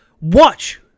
watch